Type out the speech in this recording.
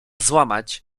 złamać